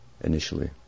initially